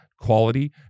quality